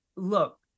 Look